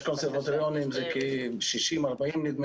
יש קונסרבטוריונים זה כ-60,40 נדמה